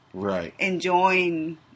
enjoying